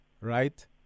right